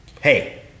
hey